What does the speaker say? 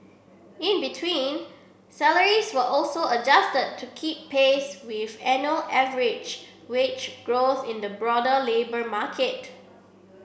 in between salaries were also adjusted to keep pace with annual average wage growth in the broader labour market